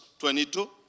22